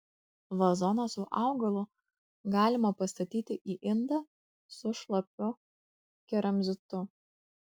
vazoną su augalu galima pastatyti į indą su šlapiu keramzitu